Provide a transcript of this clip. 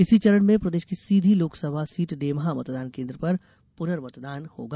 इसी चरण में प्रदेष की सीधी लोकसभा सीट डेम्हा मतदान केंद्र पर पुनर्ममतदान होगा